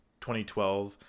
2012